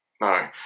no